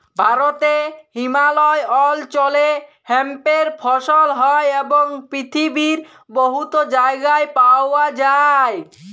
ভারতে হিমালয় অল্চলে হেম্পের ফসল হ্যয় এবং পিথিবীর বহুত জায়গায় পাউয়া যায়